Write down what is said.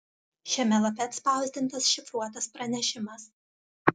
šiame lape atspausdintas šifruotas pranešimas